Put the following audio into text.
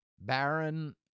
Baron